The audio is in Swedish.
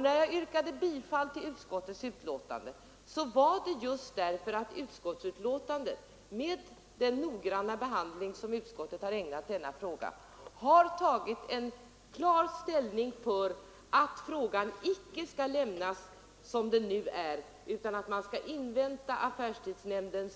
När jag yrkade bifall till utskottets hemställan var det just därför att utskottsbetänkandet, med den noggranna behandling som utskottet har ägnat denna fråga, har tagit klar ställning för att frågan icke skall lämnas som den nu är utan att man skall invänta slutförandet